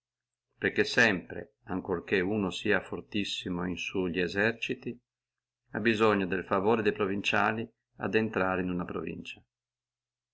perché sempre ancora che uno sia fortissimo in sulli eserciti ha bisogno del favore de provinciali a intrare in una provincia